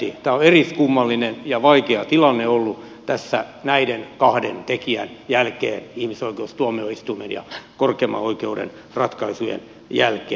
tämä on eriskummallinen ja vaikea tilanne ollut tässä näiden kahden tekijän jälkeen ihmisoikeustuomioistuimen ja korkeimman oikeuden ratkaisujen jälkeen